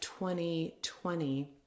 2020